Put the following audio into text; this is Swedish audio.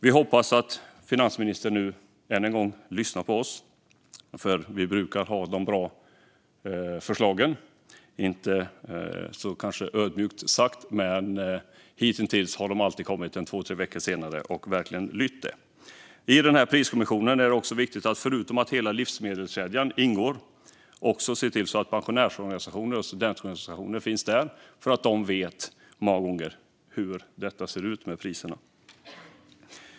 Vi hoppas att finansministern nu än en gång lyssnar på oss, för vi brukar ha de bra förslagen. Det var kanske inte så ödmjukt sagt, men hittills har man alltid kommit en två tre veckor senare och verkligen lytt dem. I den här priskommissionen är det också viktigt att se till att inte bara hela livsmedelskedjan ingår utan också pensionärsorganisationerna och studentorganisationerna, för de vet många gånger hur det ser ut med priserna.